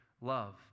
love